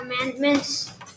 Commandments